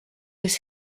his